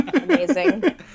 Amazing